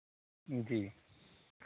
जी